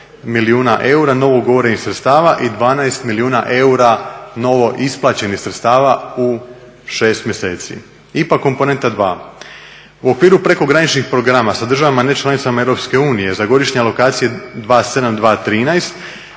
milijuna eura novougovorenih sredstava i 12 milijuna eura novo isplaćenih sredstava u 6 mjeseci. IPA komponenta 2, u okviru prekograničnih programa sa državama nečlanicama EU za godišnje lokacije 2007.